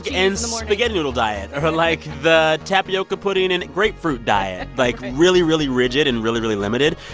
and spaghetti noodle diet or, like, the tapioca pudding and grapefruit diet like, really, really rigid and really, really limited.